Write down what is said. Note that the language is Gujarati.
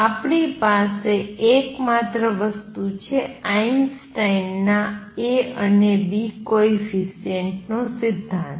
આપણી પાસે એકમાત્ર વસ્તુ છે આઈન્સ્ટાઈનના A અને B કોએફિસિએંટ નો સિદ્ધાંત